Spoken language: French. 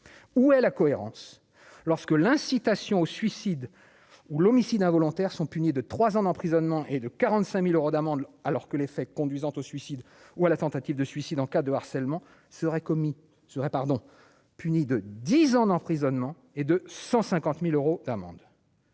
où est la cohérence lorsque l'incitation au suicide ou l'homicide involontaire sont punis de 3 ans d'emprisonnement et de 45000 euros d'amende alors que les faits conduisant tôt suicide ou à la tentative de suicide en cas de harcèlement seraient commis serait pardon puni de 10 ans d'emprisonnement et de 150000 euros d'amende.